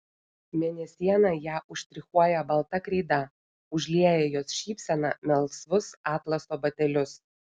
mėnesiena ją užštrichuoja balta kreida užlieja jos šypseną melsvus atlaso batelius